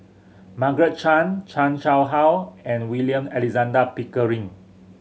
Margaret Chan Chan Chang How and William Alexander Pickering